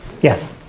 Yes